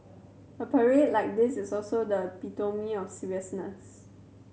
a parade like this is also the epitome of seriousness